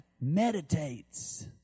meditates